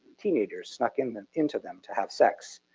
teenagers snuck in them into them to have sex.